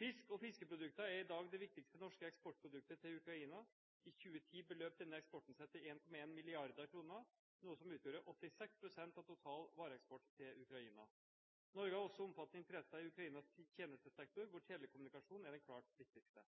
Fisk og fiskeprodukter er i dag det viktigste norske eksportproduktet til Ukraina. I 2010 beløp denne eksporten seg til 1,1 mrd. kr, noe som utgjorde 86 pst. av total vareeksport til Ukraina. Norge har også omfattende interesser i Ukrainas tjenestesektor, hvor telekommunikasjon er den klart viktigste.